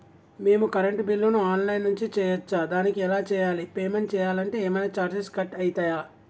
మేము కరెంటు బిల్లును online నుంచి చేయచ్చా? దానికి ఎలా చేయాలి? పేమెంట్ చేయాలంటే ఏమైనా చార్జెస్ కట్ అయితయా?